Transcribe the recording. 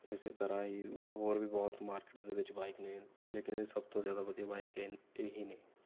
ਇਸ ਤਰ੍ਹਾਂ ਹੀ ਹੋਰ ਵੀ ਬਹੁਤ ਮਾਰਕਿਟ ਦੇ ਵਿੱਚ ਬਾਈਕ ਨੇ ਲੇਕਿਨ ਇਹ ਸਭ ਤੋਂ ਜ਼ਿਆਦਾ ਵਧੀਆ ਬਾਈਕ ਇਹ ਇਹੀ ਨੇ